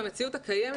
במציאות הקיימת,